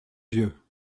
vieux